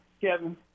Kevin